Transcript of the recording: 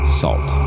salt